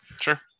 Sure